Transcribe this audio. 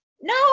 No